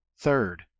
Third